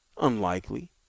Unlikely